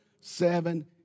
seven